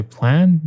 Plan